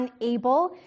unable